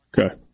Okay